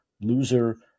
loser